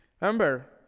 Remember